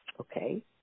Okay